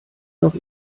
noch